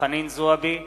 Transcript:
חנין זועבי,